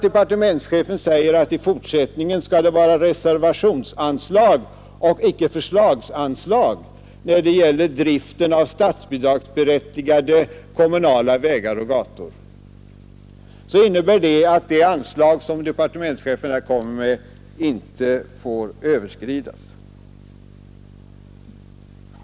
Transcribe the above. Departementschefen säger att det i fortsättningen skall vara reservationsanslag och icke förslagsanslag till drift av statsbidragsberättigade kommunala vägar och gator, och det innebär att de anslag som departementschefen föreslår inte får överskridas.